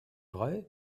vrai